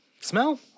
Smell